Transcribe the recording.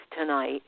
tonight